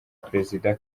perezida